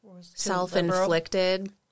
self-inflicted